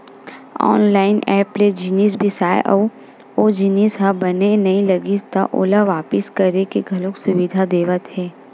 online app ले जिनिस बिसाबे अउ ओ जिनिस ह बने नइ लागिस त ओला वापिस करे के घलो सुबिधा देवत हे